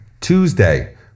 Tuesday